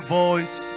voice